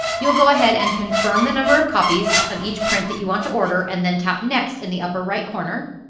you'll go ahead and confirm the number of copies of each print that you want to order, and then tap next in the upper right corner,